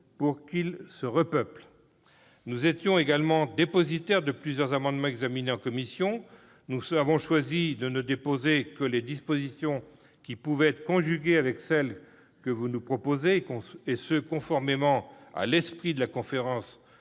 pour que ceux-ci se repeuplent. Nous étions également dépositaires de plusieurs amendements examinés en commission. Nous avons choisi de ne proposer que des dispositions susceptibles d'être conjuguées avec celles que vous nous proposez, conformément à l'esprit de la conférence